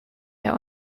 der